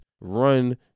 run